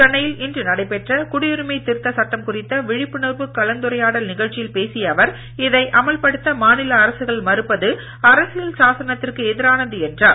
சென்னையில் இன்று நடைபெற்ற குடியுரிமை திருத்தச்சட்டம் குறித்த விழிப்புணர்வு கலந்துரையாடல் நிகழ்ச்சியில் பேசிய அவர் இதை அமல்படுத்த மாநில அரசுகள் மறுப்பது அரசியல் சாசனத்திற்கு எதிரானது என்றார்